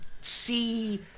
see